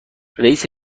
رییس